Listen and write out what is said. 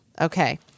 Okay